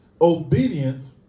Obedience